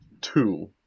two